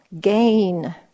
gain